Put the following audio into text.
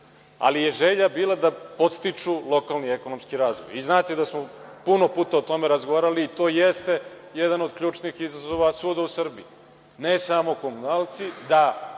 ali je želja bila da podstiču lokalni ekonomski razvoj. Znate da smo puno puta o tome razgovarali i to jeste jedan od ključnih izazova svuda u Srbiji. Ne samo komunalci, da